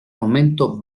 momento